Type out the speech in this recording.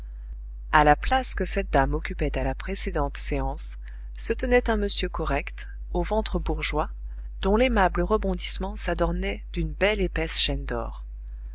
a la place que cette dame occupait à la précédente séance se tenait un monsieur correct au ventre bourgeois dont l'aimable rebondissement s'adornait d'une belle épaisse chaîne d'or